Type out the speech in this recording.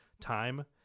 time